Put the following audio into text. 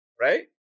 right